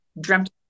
dreamt